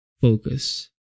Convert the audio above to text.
focus